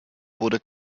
wurde